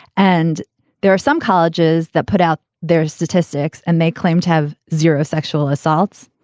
and there are some colleges that put out their statistics and they claim to have zero sexual assaults,